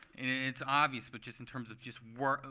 it's obvious. but just in terms of just work,